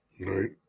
right